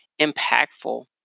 impactful